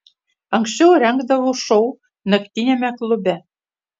anksčiau rengdavau šou naktiniame klube